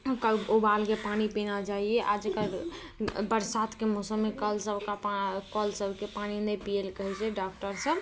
उबालके पानि पीना चाहिए आज कल बरसातके मौसममे कल सभ कल सभके पानि नहि पियलए कहै छै डॉक्टर सभ